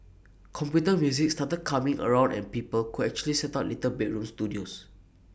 computer music started coming around and people could actually set up little bedroom studios